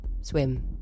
swim